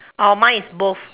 oh mine is both